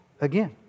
again